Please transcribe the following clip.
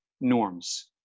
norms